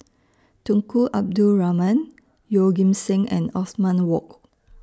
Tunku Abdul Rahman Yeoh Ghim Seng and Othman Wok